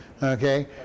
okay